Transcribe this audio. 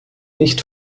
nicht